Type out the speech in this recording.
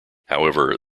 however